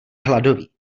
hladový